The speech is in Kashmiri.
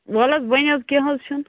وَلہٕ حظ بَنہِ حظ کیٚنٛہہ نہَ حظ چھُنہٕ